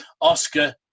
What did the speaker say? Oscar